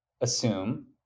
assume